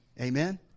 Amen